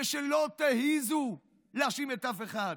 ושלא תעזו להאשים אף אחד.